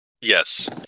Yes